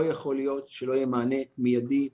לא יכול להיות שלא יהיה מענה מידי,